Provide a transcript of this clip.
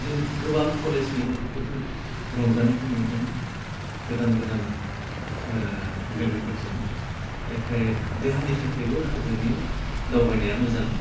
जों गोबां कलेजनि गथ'फोरजों रंजानायखौ मोनदों गोदान गोदान लोगोफोरजों एखाय देहानि थाखैबो हाजोनि दावबायनाया मोजां